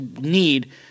need